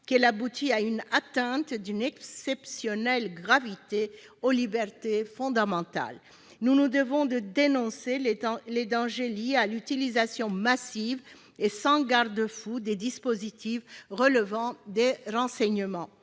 qu'elle aboutit à une atteinte d'une exceptionnelle gravité aux libertés fondamentales. Nous nous devons de dénoncer les dangers liés à l'utilisation massive et sans garde-fous des dispositifs relevant des renseignements.